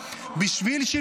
אתם מערכת חולה.